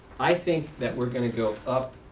i think that we're going to go up.